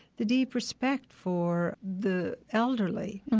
the deep respect for the elderly,